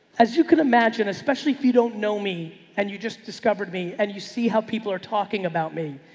as you can imagine, especially if you don't know me and you just discovered me and you see how people are talking about me,